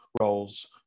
roles